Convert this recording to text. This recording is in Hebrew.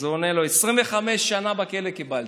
אז הוא עונה לו, 25 שנה בכלא קיבלתי.